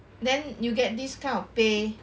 then you get this kind of pay